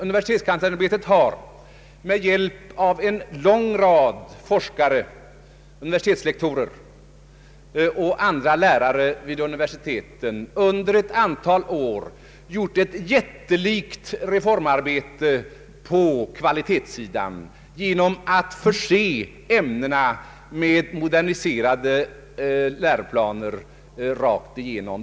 Universitetskanslersämbetet har med hjälp av en lång rad forskare, universitetslektorer och andra lärare vid universiteten under ett antal år gjort ett jättelikt reformarbete på kvalitetssidan genom att förse ämnena med moderniserade läroplaner rakt igenom.